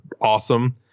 awesome